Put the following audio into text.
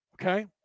Okay